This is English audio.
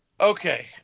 Okay